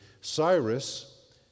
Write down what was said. Cyrus